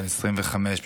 בן 25,